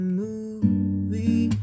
movie